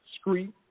street